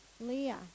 Leah